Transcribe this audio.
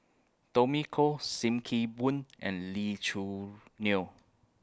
Tommy Koh SIM Kee Boon and Lee Choo Neo